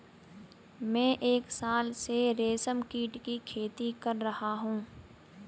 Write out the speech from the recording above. मैं एक साल से रेशमकीट की खेती कर रहा हूँ